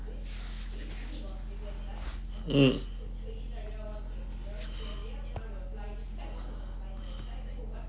mm